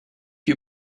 you